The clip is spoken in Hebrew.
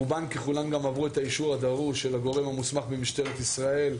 רובן ככולן גם עברו את האישור הדרוש של הגורם המוסמך במשטרת ישראל,